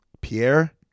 Pierre